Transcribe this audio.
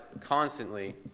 constantly